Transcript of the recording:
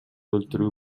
өлтүрүү